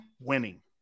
winning